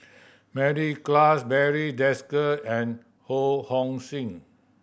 Mary Klass Barry Desker and Ho Hong Sing